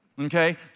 Okay